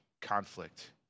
conflict